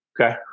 Okay